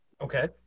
Okay